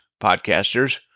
podcasters